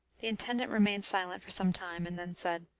the intendant remained silent for some time, and then said,